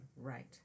right